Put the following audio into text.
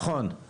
נכון?